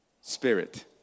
spirit